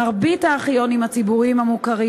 מרבית הארכיונים הציבוריים המוכרים